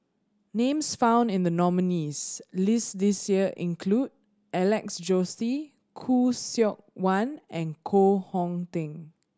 names found in the nominees' list this year include Alex Josey Khoo Seok Wan and Koh Hong Teng